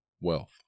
wealth